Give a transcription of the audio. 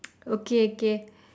okay okay